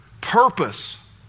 Purpose